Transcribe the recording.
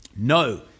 No